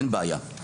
אין בעיה.